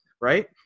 right